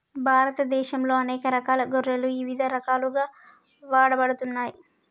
భారతదేశంలో అనేక రకాల గొర్రెలు ఇవిధ రకాలుగా వాడబడుతున్నాయి